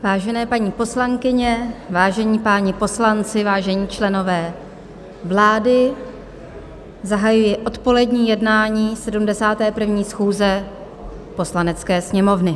Vážené, paní poslankyně, vážení páni poslanci, vážení členové vlády, zahajuji odpolední jednání 71. schůze Poslanecké sněmovny.